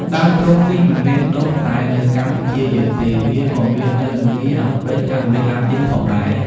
ដើមត្រុំនេះមិនមែនដុះតែនៅកម្ពុជាយើងទេ វាក៏មាននៅឥណ្ឌា អាហ្រ្វិក អាមេរិកឡាទីនផងដែរ។